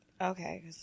okay